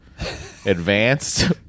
advanced